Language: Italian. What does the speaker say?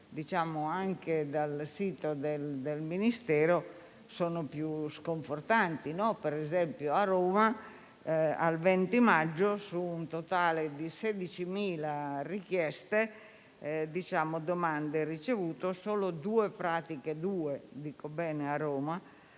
preso dal sito del Ministero sono più sconfortanti. Per esempio, a Roma al 20 maggio, su un totale di 16.000 di domande ricevute, solo due pratiche sono